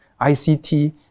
ICT